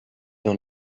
dans